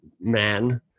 man